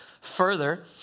further